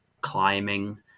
climbing